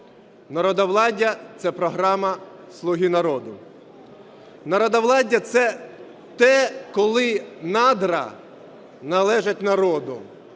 Народовладдя – це програма "Слуги народу". Народовладдя – це те, коли надра належать народу